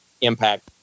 impact